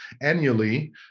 annually